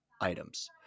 items